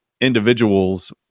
individuals